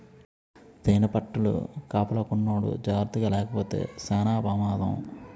తేనిపట్టుల కాపలాకున్నోడు జాకర్తగాలేపోతే సేన పెమాదం